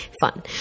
fun